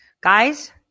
Guys